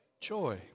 Joy